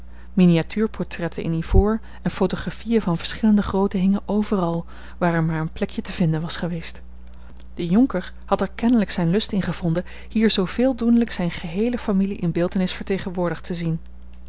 miniatuurportretten in ivoor en photographieën van verschillende grootte hingen overal waar er maar een plekje te vinden was geweest de jonker had er kennelijk zijn lust in gevonden hier zooveel doenlijk zijne geheele familie in beeltenis vertegenwoordigd te zien